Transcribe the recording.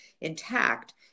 intact